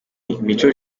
mico